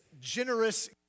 generous